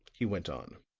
he went on